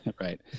Right